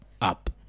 up